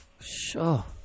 Sure